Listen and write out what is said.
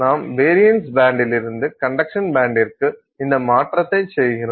நாம் வேரியன்ஸ் பேண்டிலிருந்து கண்டக்ஷன் பேண்டிற்கு இந்த மாற்றத்தை செய்கிறோம்